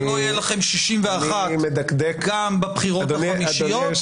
שלא יהיו לכם 61 גם בבחירות החמישיות.